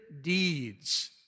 deeds